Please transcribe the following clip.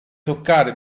toccare